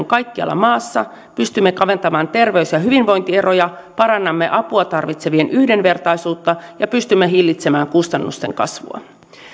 kaikkialla maassa pystymme kaventamaan terveys ja hyvinvointieroja parannamme apua tarvitsevien yhdenvertaisuutta ja pystymme hillitsemään kustannusten kasvua